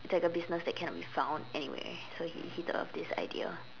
it's like a business that cannot be found anywhere so he he thought of this idea